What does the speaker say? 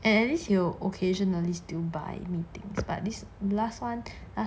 and at least he will occasionally still buy me things but this last one